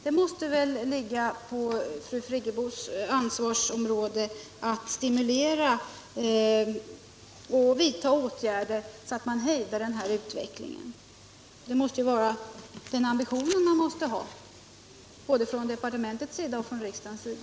Det måste väl ligga inom fru Friggebos ansvarsområde att stimulera och vidta åtgärder, så att man hejdar den här utvecklingen. Den ambitionen måste man ha både från departementets och riksdagens sida.